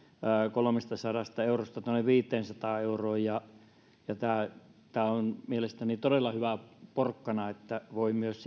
kolmestasadasta eurosta tuonne viiteensataan euroon ja ja tämä tämä on mielestäni todella hyvä porkkana että voi myös